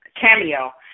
cameo